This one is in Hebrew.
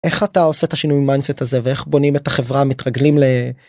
איך אתה עושה את השינוי מיינדסט הזה, ואיך בונים את החברה, מתרגלים ל...